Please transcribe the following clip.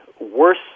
worse